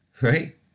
right